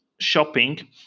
shopping